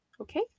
Okay